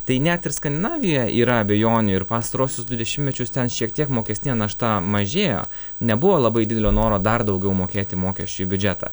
tai net ir skandinavija yra abejonių ir pastaruosius du dešimtmečius ten šiek tiek mokestinė našta mažėjo nebuvo labai didelio noro dar daugiau mokėti mokesčių į biudžetą